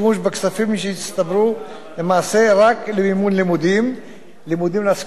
שהצטברו למעשה רק למימון לימודים להשכלה גבוהה,